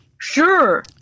Sure